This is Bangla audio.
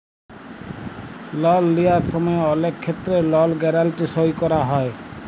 লল লিয়ার সময় অলেক ক্ষেত্রে লল গ্যারাল্টি সই ক্যরা হ্যয়